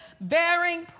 bearing